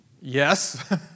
Yes